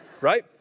right